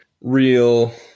real